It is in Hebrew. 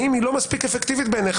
האם היא לא מספיק אפקטיבית בעיניך